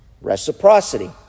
reciprocity